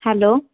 hello